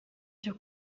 cyo